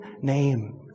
name